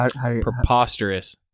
preposterous